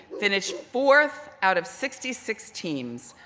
finished fourth out of sixty six teams,